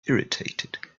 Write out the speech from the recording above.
irritated